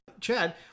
Chad